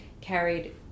carried